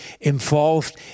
involved